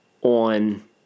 on